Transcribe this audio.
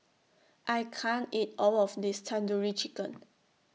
I can't eat All of This Tandoori Chicken